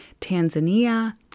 Tanzania